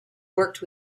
worked